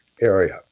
area